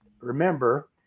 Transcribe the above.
remember